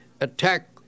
Attack